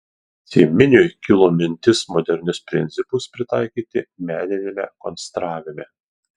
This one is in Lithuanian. cieminiui kilo mintis modernius principus pritaikyti meniniame konstravime